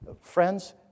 Friends